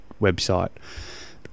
website